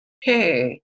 hey